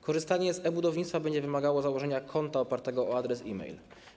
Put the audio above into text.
Korzystanie z e-Budownictwa będzie wymagało założenia konta opartego na adresie e-mail.